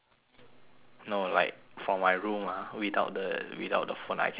no like from my room ah without the without the phone I can hear you laughing